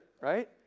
right